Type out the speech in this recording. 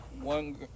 one